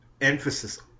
emphasis